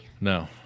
No